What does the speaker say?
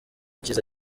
cyiza